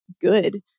good